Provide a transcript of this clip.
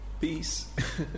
Peace